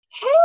hey